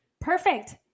Perfect